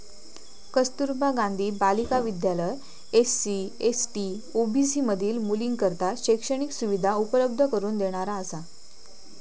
कस्तुरबा गांधी बालिका विद्यालय SC, ST, OBC मधील मुलींकरता शैक्षणिक सुविधा उपलब्ध करून देणारा असा